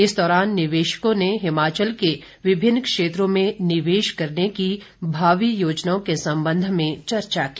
इस दौरान निवेशकों ने हिमाचल के विभिन्न क्षेत्रों में निवेश करने की भावी योजनाओं के संबंध में चर्चा की